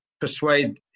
persuade